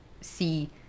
see